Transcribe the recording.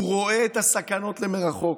הוא רואה את הסכנות למרחוק.